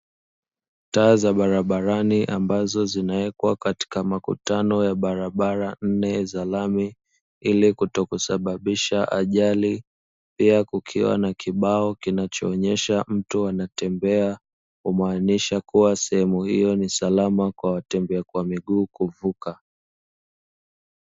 Taa za barabarani ambazo zinawekwa katika makutano ya barabara nne za lami ili kutokusababisha ajali, pia kukiwa na kibao kinachoonyesha mtu anatembea, kumaanisha kuwa sehemu hiyo ni salama kwa watembea kwa miguu kuvuka.